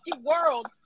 world